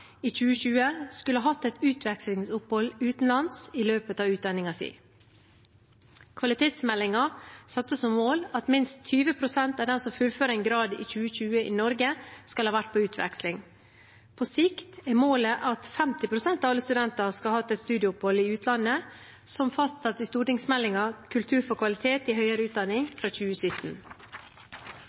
i 2020, skulle hatt et utvekslingsopphold utenlands i løpet av utdanningen sin. Kvalitetsmeldingen satte som mål at minst 20 pst. av dem som fullfører en grad i 2020 i Norge, skal ha vært på utveksling. På sikt er målet at 50 pst. av alle studenter skal ha hatt et studieopphold i utlandet, som fastsatt i stortingsmeldingen Kultur for kvalitet i høyere utdanning fra 2017.